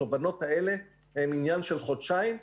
התובנות האלה הן עניין של חודשיים.